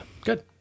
good